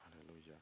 Hallelujah